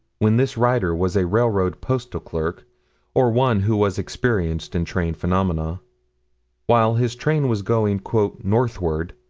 when this writer was a railroad postal clerk or one who was experienced in train-phenomena while his train was going northward,